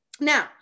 Now